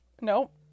Nope